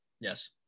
Yes